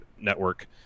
network